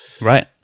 Right